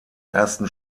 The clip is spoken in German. ersten